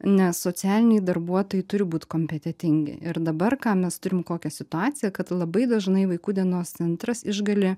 nes socialiniai darbuotojai turi būt kompetentingi ir dabar ką mes turim kokią situaciją kad labai dažnai vaikų dienos centras išgali